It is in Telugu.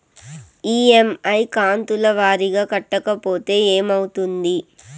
ఇ.ఎమ్.ఐ కంతుల వారీగా కట్టకపోతే ఏమవుతుంది?